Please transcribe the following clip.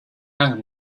hang